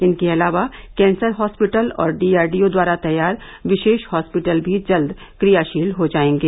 इनके अलावा cancer hospital और डीआरडीओं द्वारा तैयार विशेष हास्पिटल भी जल्द क्रियाशील हो जायेंगे